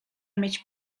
mieć